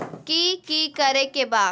कि कि करे के बा?